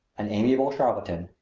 an amiable charlatan,